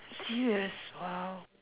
serious !wow!